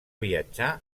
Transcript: viatjar